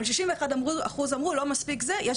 אבל 61% אמרו לנו שלא מספיק זה שגדלה המצוקה,